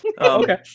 Okay